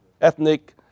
ethnic